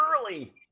early